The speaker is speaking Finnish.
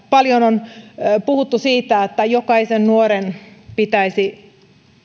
paljon on puhuttu siitä että jokaisen nuoren pitäisi